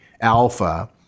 alpha